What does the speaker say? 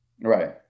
Right